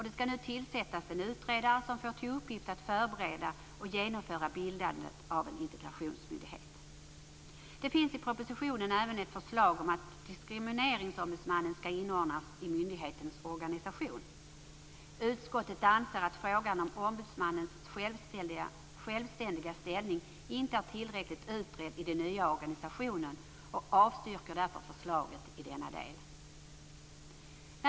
Det skall nu tillsättas en utredare som får i uppgift att förbereda och genomföra bildandet av en integrationsmyndighet. Det finns i propositionen även ett förslag om att Diskrimineringsombudsmannen skall inordnas i myndighetens organisation. Utskottet anser att frågan om ombudsmannens självständiga ställning inte är tillräckligt utredd i den nya organisationen och avstyrker därför förslaget i denna del.